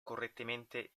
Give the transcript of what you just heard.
correntemente